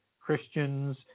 Christians